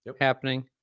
happening